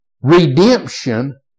redemption